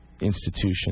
institution